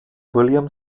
william